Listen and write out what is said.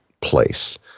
place